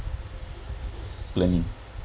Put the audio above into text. planning